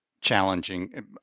challenging